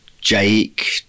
Jake